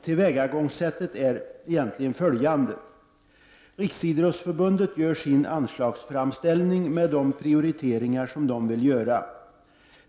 Tillvägagångssättet är egentligen följande: Riksidrottsförbundet gör sin anslagsframställning med de prioriteringar det vill göra.